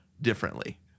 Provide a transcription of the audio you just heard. differently